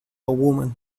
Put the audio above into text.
woman